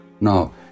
Now